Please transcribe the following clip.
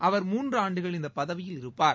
அவர் மூன்று ஆண்டுகள் இந்தப் பதவியில் இருப்பார்